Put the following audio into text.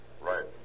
Right